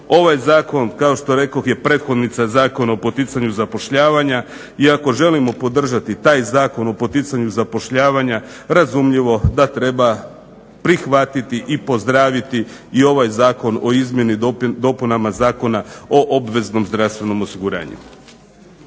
ovaj zakon kao što rekoh je prethodnica Zakona o poticanju zapošljavanja i ako želimo podržati taj Zakon o poticanju zapošljavanja razumljivo da treba prihvatiti i pozdraviti i ovaj Zakon o izmjeni i dopunama Zakona o obveznom zdravstvenom osiguranju.